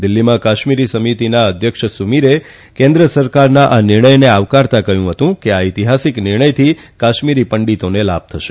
દિલ્હીમાં કાશ્મીરી સમિતીના અધ્યક્ષ સુમીરે કેન્દ્ર સરકારના આ નિર્ણયને આવકારતા કહ્યું હતું કે આ ઐતિહાસિક નિર્ણયથી કાશ્મીરી પંડિતોને લાભ થશે